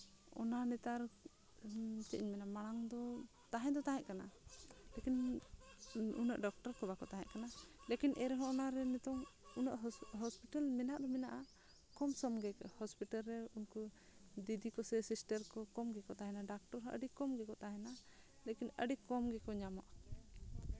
ᱚᱱᱟ ᱱᱮᱛᱟᱨ ᱪᱮᱫ ᱤᱧ ᱢᱮᱱᱟ ᱢᱟᱲᱟᱝ ᱫᱚ ᱛᱟᱦᱮᱸ ᱫᱚ ᱛᱟᱦᱮᱸᱫ ᱠᱟᱱᱟ ᱞᱮᱠᱤᱱ ᱩᱱᱟᱹᱜ ᱰᱟᱠᱛᱟᱨ ᱠᱚ ᱵᱟᱠᱚ ᱛᱟᱦᱮᱸ ᱠᱟᱱᱟ ᱞᱮᱠᱤᱱ ᱮᱱ ᱨᱮᱦᱚᱸ ᱚᱱᱟᱨᱮ ᱱᱤᱛᱚᱝ ᱩᱱᱟᱹᱜ ᱦᱚᱥᱯᱤᱴᱟᱞ ᱢᱮᱱᱟᱜ ᱫᱚ ᱢᱮᱱᱟᱜᱼᱟ ᱠᱚᱢᱥᱚᱢ ᱜᱮ ᱦᱚᱥᱯᱤᱴᱟᱞ ᱨᱮ ᱩᱱᱠᱩ ᱫᱤᱫᱤ ᱠᱚᱥᱮ ᱥᱤᱥᱴᱟᱨ ᱠᱚ ᱩᱱᱠᱩ ᱠᱚᱢ ᱜᱮᱠᱚ ᱛᱟᱦᱮᱱᱟ ᱰᱟᱠᱛᱚᱨ ᱦᱚᱸ ᱟᱹᱰᱤ ᱠᱚᱢ ᱜᱮᱠᱚ ᱛᱟᱦᱮᱱᱟ ᱞᱮᱠᱤᱱ ᱟᱹᱰᱤ ᱠᱚᱢ ᱜᱮᱠᱚ ᱧᱟᱢᱚᱜᱼᱟ